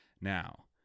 Now